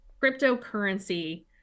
cryptocurrency